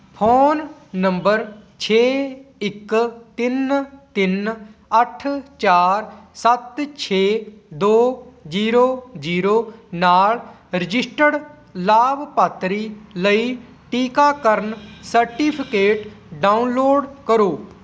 phone number ਛੇ ਇੱਕ ਤਿੰਨ ਤਿੰਨ ਅੱਠ ਚਾਰ ਸੱਤ ਛੇ ਦੋ ਜੀਰੋ ਜੀਰੋ ਨਾਲ ਰਜਿਸਟਰਡ ਲਾਭਪਾਤਰੀ ਲਈ ਟੀਕਾਕਰਨ ਸਰਟੀਫਿਕੇਟ ਡਾਊਨਲੋਡ ਕਰੋ